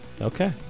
Okay